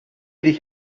dich